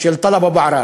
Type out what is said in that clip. של טלב אבו עראר,